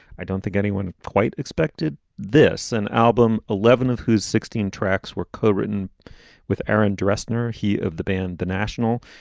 i don't think anyone quite expected this. an album, eleven of whose sixteen tracks were co-written with aaron dresner. he of the band the national,